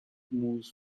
moves